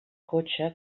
cotxe